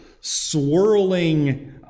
swirling